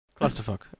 clusterfuck